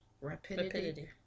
Rapidity